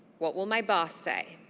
what will my boss say?